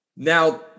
Now